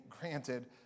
granted